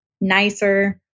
nicer